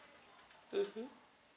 mmhmm